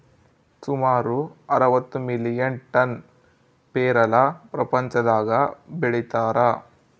ಸುಮಾರು ಅರವತ್ತು million ton ಪೇರಲ ಪ್ರಪಂಚದಾಗ ಬೆಳೀತಾರ